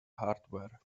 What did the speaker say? hardware